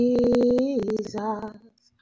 Jesus